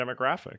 demographic